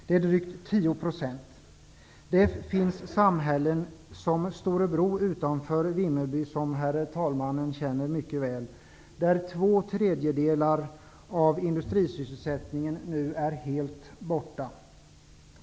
Det är drygt 10 %. Det finns samhällen som Storebro utanför Vimmerby, som ju herr talmannen känner mycket väl, där två tredjedelar av industrisysselsättningen nu är borta.